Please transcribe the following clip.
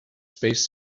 space